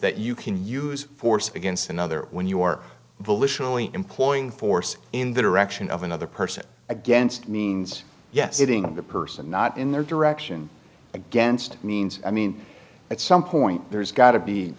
that you can use force against another when you are volitionally employing force in the direction of another person against means yes sitting on the person not in their direction against means i mean at some point there's got to be